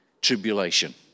tribulation